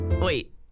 Wait